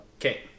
Okay